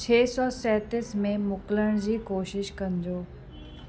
छह सौ सैतीस में मोकिलिण जी कोशिशि कजो